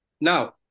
now